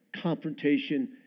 confrontation